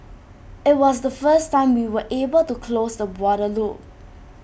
IT was the first time we were able to close the water loop